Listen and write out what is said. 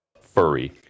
furry